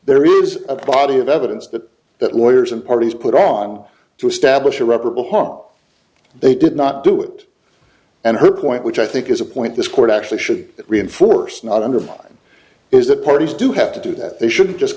there is a body of evidence that that lawyers and parties put on to establish a reputable hot they did not do it and her point which i think is a point this court actually should reinforce not undermine is that parties do have to do that they should just